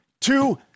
two